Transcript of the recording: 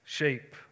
shape